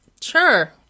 Sure